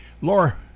Laura